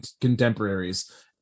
contemporaries